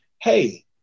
hey